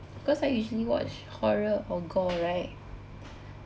because I usually watch horror or gore right